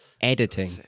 Editing